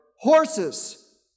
Horses